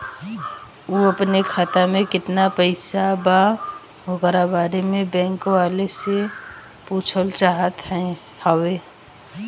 उ अपने खाते में कितना पैसा बा ओकरा बारे में बैंक वालें से पुछल चाहत हवे?